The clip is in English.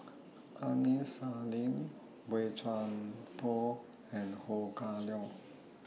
Aini Salim Boey Chuan Poh and Ho Kah Leong